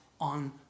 on